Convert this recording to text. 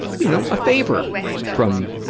you know, a favor from,